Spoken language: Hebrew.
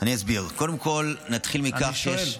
אני שואל,